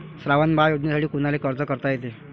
श्रावण बाळ योजनेसाठी कुनाले अर्ज करता येते?